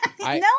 no